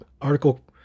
article